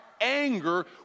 anger